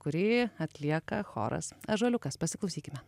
kurį atlieka choras ąžuoliukas pasiklausykime